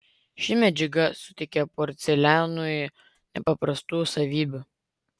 ši medžiaga suteikia porcelianui nepaprastų savybių